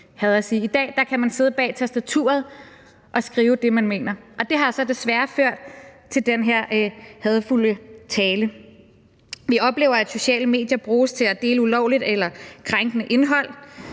I dag kan man sidde bag tastaturet og skrive det, man mener, og det har så desværre ført til den her hadefulde tale. Vi oplever, at sociale medier bruges til at dele ulovligt eller krænkende indhold;